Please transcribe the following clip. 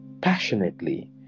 passionately